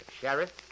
Sheriff